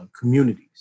communities